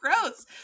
gross